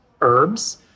herbs